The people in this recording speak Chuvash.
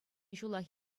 ҫулах